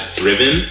driven